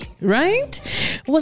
right